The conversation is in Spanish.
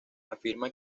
afirma